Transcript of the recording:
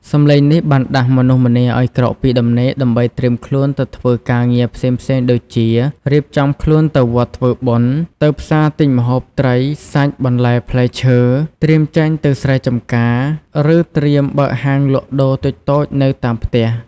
សំឡេងនេះបានដាស់មនុស្សម្នាឱ្យក្រោកពីដំណេកដើម្បីត្រៀមខ្លួនទៅធ្វើការងារផ្សេងៗដូចជា រៀបចំខ្លួនទៅវត្តធ្វើបុណ្យ ទៅផ្សារទិញម្ហូបត្រី សាច់ បន្លែ ផ្លែឈើ ត្រៀមចេញទៅស្រែចម្ការ ឬត្រៀមបើកហាងលក់ដូរតូចៗនៅតាមផ្ទះ។